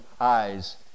eyes